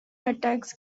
attacks